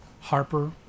Harper